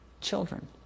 Children